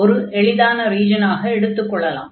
ஒர் எளிதான ரீஜனாக எடுத்துக் கொள்ளலாம்